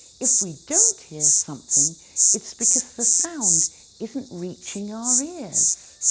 if we don't hear something it's because the sound isn't reaching our ears.